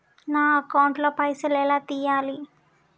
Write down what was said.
నా అకౌంట్ ల పైసల్ ఎలా తీయాలి?